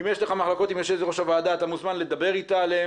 אם יש לך ביקורת אתה יכול לומר לה את זה פנים אל פנים.